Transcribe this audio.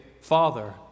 Father